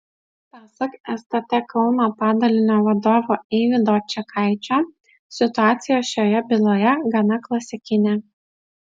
pasak stt kauno padalinio vadovo eivydo čekaičio situacija šioje byloje gana klasikinė